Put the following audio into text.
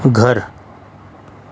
گھر